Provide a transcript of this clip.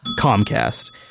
Comcast